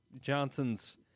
Johnson's